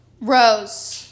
Rose